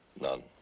None